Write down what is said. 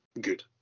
good